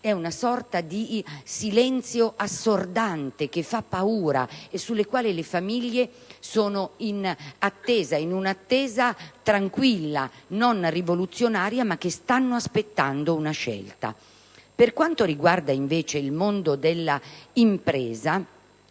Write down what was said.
è una sorta di silenzio assordante che fa paura, a fronte del quale le famiglie sono in un'attesa tranquilla, non rivoluzionaria, ma aspettano una scelta. Per quanto attiene invece il mondo dell'impresa,